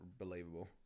Believable